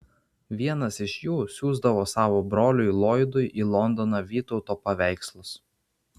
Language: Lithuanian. vienas iš jų siųsdavo savo broliui loydui į londoną vytauto paveikslus